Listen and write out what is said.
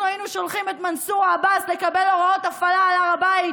אנחנו היינו שולחים את מנסור עבאס לקבל הוראות הפעלה על הר הבית?